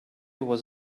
was